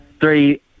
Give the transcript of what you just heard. three